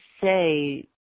say